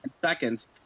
seconds